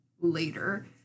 later